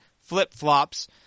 flip-flops